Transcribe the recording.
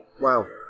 Wow